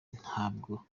ntabwo